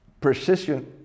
precision